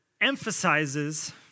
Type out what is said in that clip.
emphasizes